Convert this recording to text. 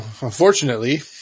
unfortunately